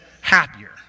happier